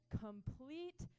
complete